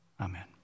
Amen